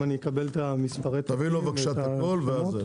אם אני אקבל את המספרים ואת השמות.